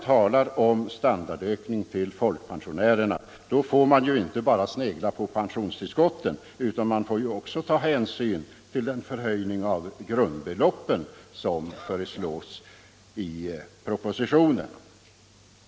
Vad standardökningen för folkpensionärerna angår får man inte heller bara snegla på pensionstillskotten utan också ta hänsyn till den förhöjning av grundbeloppen som föreslås i propositionen.